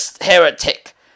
heretic